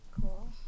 cool